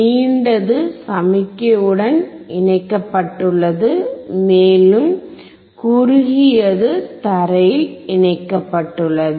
நீண்டது சமிக்ஞையுடன் இணைக்கப்பட்டுள்ளது மேலும் குறுகியது தரையில் இணைக்கப்பட்டுள்ளது